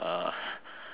my